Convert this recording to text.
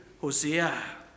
Hosea